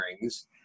rings